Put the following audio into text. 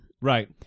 Right